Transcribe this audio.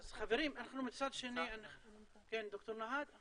תציג את עצמך, בבקשה, ד"ר נוהאד,